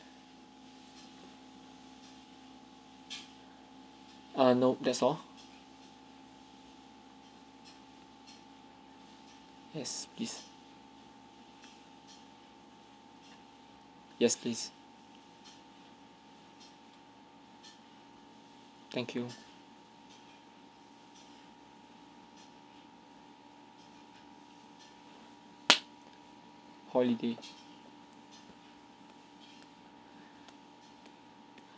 err no that's all yes please yes please thank you holiday